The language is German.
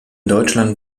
deutschland